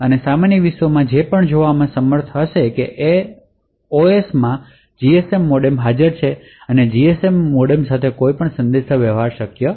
સામાન્ય વિશ્વમાં ચાલે છે એ પણ જોવામાં સમર્થ હશે નહીં કે એસઓસીમાં જીએસએમ મોડેમ હાજર છે અને જીએસએમ મોડેમ સાથે કોઈ સંદેશાવ્યવહાર શક્ય નથી